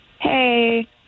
hey